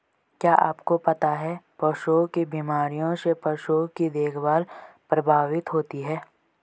क्या आपको पता है पशुओं की बीमारियों से पशुओं की देखभाल प्रभावित होती है?